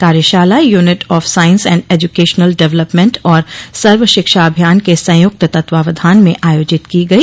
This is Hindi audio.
कार्यशाला unit of science and educational development और सर्व शिक्षा अभियान के संयुक्त तत्वाधान में आयोजित की गई